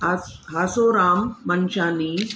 हास हासोराम मनशानी